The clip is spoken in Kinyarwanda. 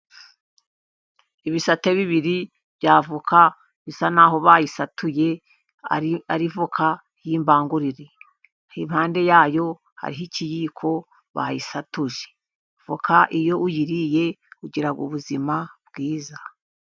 Ibisate bibiri by'avoka bisa n'aho bayisatuye ari avoka y'imbangurire, impande yayo hariho ikiyiko bayisatuje. Voka iyo uyiriye ugira ubuzima bwiza.